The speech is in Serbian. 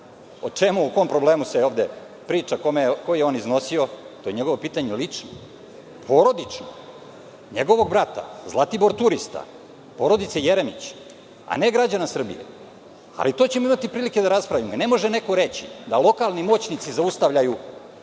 znam o kom problemu se ovde priča, koji je on iznosio, to je njegovo pitanje lično, porodično, njegovog brata, Zlatibor turista, porodice Jeremić, a ne građana Srbije, imaćemo prilike da to raspravimo. Ne može neko reći da lokalni moćnici zaustavljaju